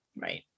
Right